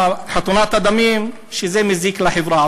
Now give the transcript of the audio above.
וחתונת הדמים, שזה מזיק לחברה.